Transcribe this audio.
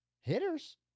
Hitters